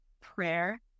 prayer